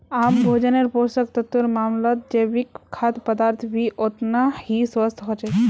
आम भोजन्नेर पोषक तत्वेर मामलाततजैविक खाद्य पदार्थ भी ओतना ही स्वस्थ ह छे